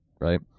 right